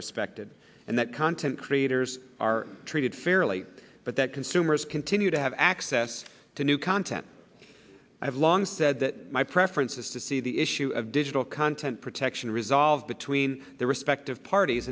respected and that content creators are treated fairly but that consumers continue to have access to new content i have long said that my preference is to see the issue of digital content protection resolved between the respective parties